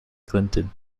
clinton